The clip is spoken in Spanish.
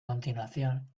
continuación